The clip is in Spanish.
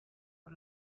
por